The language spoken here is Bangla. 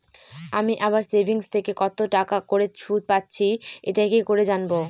আমি আমার সেভিংস থেকে কতটাকা করে সুদ পাচ্ছি এটা কি করে জানব?